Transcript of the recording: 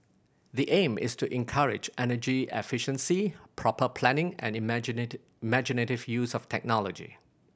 the aim is to encourage energy efficiency proper planning and imaginative use of technology